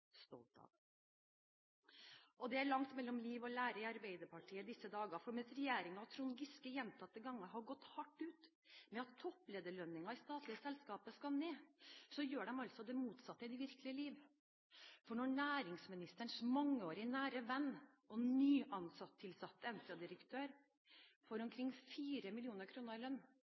Det er langt mellom liv og lære i Arbeiderpartiet i disse dager. Mens regjeringen og Trond Giske gjentatte ganger har gått hardt ut med at topplederlønninger i statlige selskaper skal ned, gjør de altså det motsatte i det virkelige liv. For når næringsministerens mangeårige, nære venn og nyansatte Entra-direktør får omkring 4 mill. kr i lønn